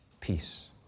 peace